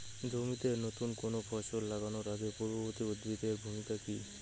জমিতে নুতন কোনো ফসল লাগানোর আগে পূর্ববর্তী উদ্ভিদ এর ভূমিকা কি?